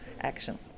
action